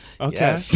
Okay